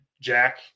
Jack